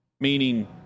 meaning